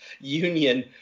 Union